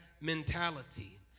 mentality